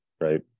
right